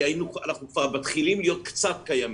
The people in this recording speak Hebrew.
כי אנחנו מתחילים להיות קצת קיימים.